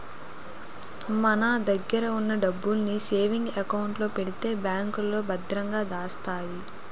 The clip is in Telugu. మన దగ్గర ఉన్న డబ్బుల్ని సేవింగ్ అకౌంట్ లో పెడితే బ్యాంకులో భద్రంగా దాస్తాయి